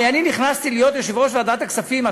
הרי אני נכנסתי להיות יושב-ראש ועדת הכספים,